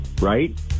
Right